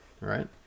right